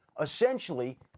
Essentially